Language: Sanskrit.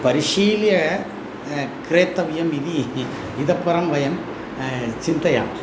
परिशील्य क्रेतव्यं इति इतः परं वयं चिन्तयामः